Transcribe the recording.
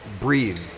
breathe